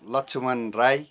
Laxman Rai